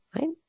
right